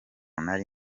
nari